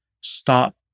stop